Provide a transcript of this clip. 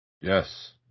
Yes